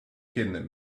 kidnap